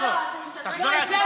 פינדרוס, תחזור על הסיסמה.